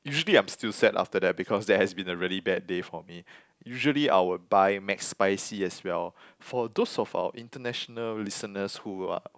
usually I'm still sad after that because that has been a really bad day for me usually I would buy McSpicy as well for those of our international listeners who are